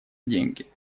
деньги